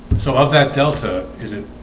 so of that delta is it?